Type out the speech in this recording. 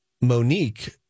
Monique